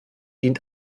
dient